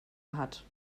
hat